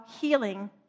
healing